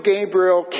Gabriel